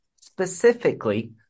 specifically